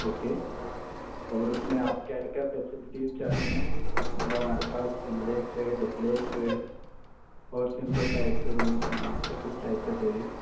okay और उस में आप क्या क्या फैसिलिटी चाहते हैं मतलब हमारे पास सिंगल एक्स है डुप्लेक्स है और सिंपल टाइप के रूम्स हैं आपको किस टाइप का चाहिए